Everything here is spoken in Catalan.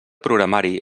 programari